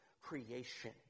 creation